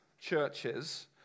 churches